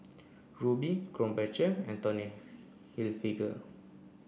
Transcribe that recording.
Rubi Krombacher and Tommy Hilfiger